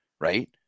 right